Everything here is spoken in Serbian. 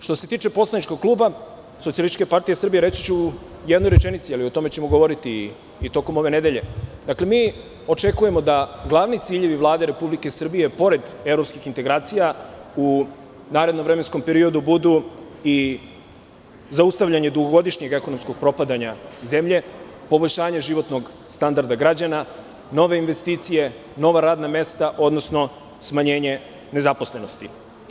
Što se tiče poslaničkog kluba SPS, reći ću jednu rečenicu, ali o tome ćemo govoriti i tokom ove nedelje, očekujemo da glavni ciljevi ove Vlade, pred evropskih integracija u narednom vremenskom periodu budu i zaustavljanje dugogodišnjeg ekonomskog propadanja zemlje, poboljšanja životnog standarda građana, nove investicije, nova radna mesta, odnosno, smanjenje nezaposlenosti.